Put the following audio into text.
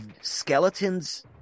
skeletons